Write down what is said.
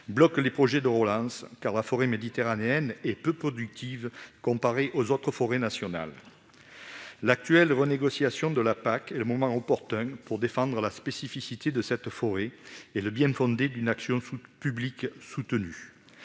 bloque les projets de relance, car la forêt méditerranéenne est peu productive comparée à d'autres forêts nationales. L'actuelle renégociation de la politique agricole commune (PAC) est le moment opportun pour défendre la spécificité de cette forêt et le bien-fondé d'une action publique soutenue.